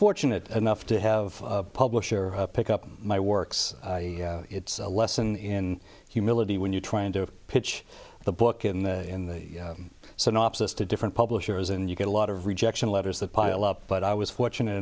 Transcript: fortunate enough to have a publisher pick up my works it's a lesson in humility when you're trying to pitch the book in the in the synopsis to different publishers and you get a lot of rejection letters that pile up but i was fortunate